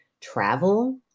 travel